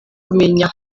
kumenya